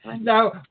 Now